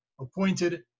appointed